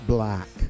Black